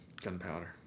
Gunpowder